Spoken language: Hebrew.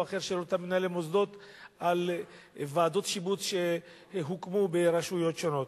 אחר של אותם מנהלי מוסדות על ועדות שיבוץ שהוקמו ברשויות שונות.